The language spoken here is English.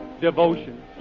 devotion